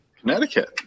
Connecticut